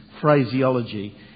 phraseology